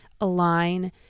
align